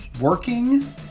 working